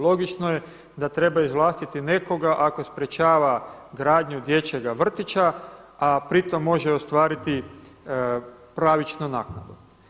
Logično je da treba izvlastiti nekoga ako sprečava gradnju dječjega vrtića, a pri tom može ostvariti pravičnu naknadu.